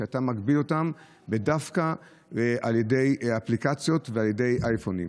שאתה מגביל אותם דווקא על ידי אפליקציות ועל ידי אייפונים,